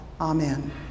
Amen